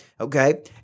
Okay